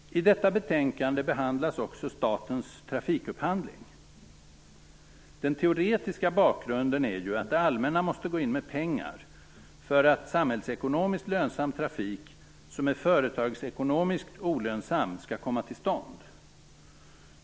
I detta betänkande behandlas också statens trafikupphandling. Den teoretiska bakgrunden är ju att det allmänna måste gå in med pengar för att samhällsekonomiskt lönsam trafik som är företagsekonomiskt olönsam skall komma till stånd.